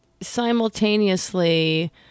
simultaneously